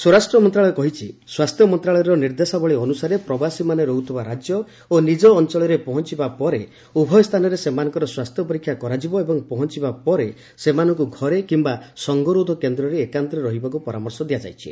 ସ୍ୱରାଷ୍ଟ୍ର ମନ୍ତ୍ରଣାଳୟ କହିଛି ସ୍ପାସ୍ଥ୍ୟମନ୍ତ୍ରଣାଳୟର ନିର୍ଦ୍ଦେଶାବଳୀ ଅନୁସାରେ ପ୍ରବାସୀମାନେ ରହୁଥିବା ରାକ୍ୟ ଓ ନିଜ ଅଞ୍ଚଳରେ ପହଞ୍ଚ୍ଚବା ପରେ ଉଭୟ ସ୍ଥାନରେ ସେମାନଙ୍କର ସ୍ୱାସ୍ଥ୍ୟ ପରୀକ୍ଷା କରାଯିବ ଏବଂ ପହଞ୍ଚବା ପରେ ସେମାନଙ୍କୁ ଘରେ କିମ୍ବା ସଙ୍ଗରୋଧ କେନ୍ଦ୍ରରେ ଏକାନ୍ତରେ ରହିବାକୁ ପରାମର୍ଶ ଦିଆଯାଇଛି